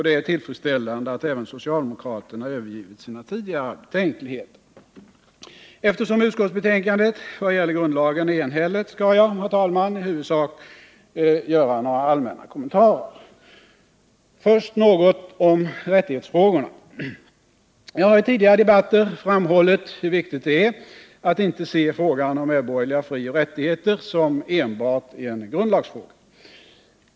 Det är tillfredsställande att även socialdemokraterna övergivit sina tidigare betänkligheter. Eftersom utskottsbetänkandet i vad gäller grundlagsdelen är enhälligt, skall jag, herr talman, i huvudsak bara göra några allmänna kommentarer. Först något om rättighetsfrågorna. Jag har i tidigare debatter framhållit hur viktigt det är att inte se frågan om medborgerliga frioch rättigheter som enbart en grundlagsfråga.